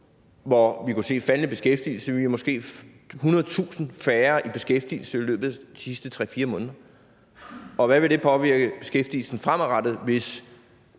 hvor vi har kunnet se en faldende beskæftigelse, det er måske 100.000 færre i beskæftigelse i løbet af de sidste 3-4 måneder, og hvad vil det påvirke beskæftigelsen med fremadrettet, hvis